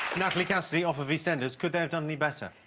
natalie cassidy off of eastenders. could they have done any better?